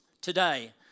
today